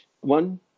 one